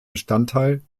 bestandteil